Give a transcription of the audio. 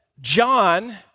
John